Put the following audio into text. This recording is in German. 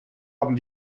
haben